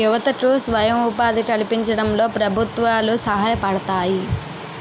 యువతకు స్వయం ఉపాధి కల్పించడంలో ప్రభుత్వాలు సహాయపడతాయి